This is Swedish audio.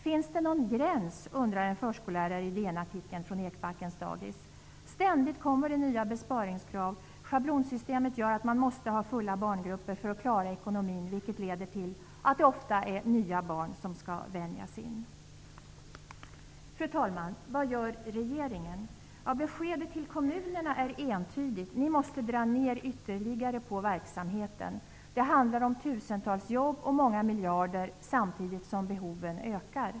Finns det någon gräns, undrar en förskollärare i DN-artikeln från Ekbackens dagis. Ständigt kommer det nya besparingskrav. Schablonsystemet gör att man måste ha fulla barngrupper för att klara ekonomin, vilket leder till att det ofta är nya barn som ska vänjas in. Fru talman! Vad gör regeringen? Beskedet till kommunerna är entydigt -- ni måste dra ner ytterligare på verksamheten. Det handlar om tusentals jobb och många miljarder samtidigt som behoven ökar.